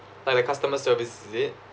like the customer service is it